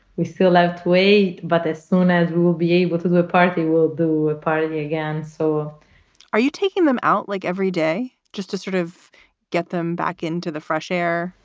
we still have to wait. but as soon as we will be able to go a party, we'll do a party again so are you taking them out, like, every day just to sort of get them back into the fresh air?